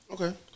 Okay